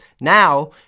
Now